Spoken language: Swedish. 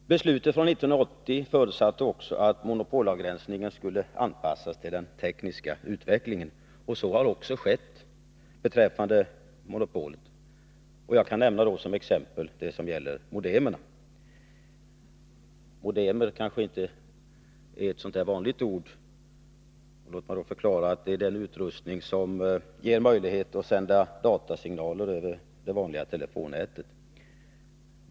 Beslutet från 1980 förutsatte också att monopolavgränsningen skulle anpassas till den tekniska utvecklingen, och så har också skett beträffande monopolet. Jag kan nämna som exempel monopolet på modemer. Modem kanske inte är ett så vanligt ord. Låt mig därför förklara att modem är den utrustning som ger möjlighet att sända datasignaler över det vanliga telefonnätet.